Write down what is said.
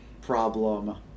problem